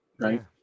right